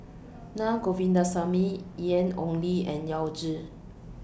Na Govindasamy Ian Ong Li and Yao Zi